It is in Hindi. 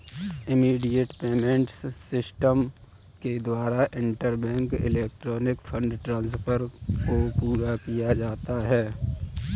इमीडिएट पेमेंट सिस्टम के द्वारा इंटरबैंक इलेक्ट्रॉनिक फंड ट्रांसफर को पूरा किया जाता है